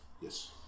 Yes